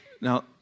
Now